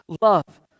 love